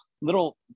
little